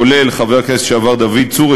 כולל חבר הכנסת לשעבר דוד צור,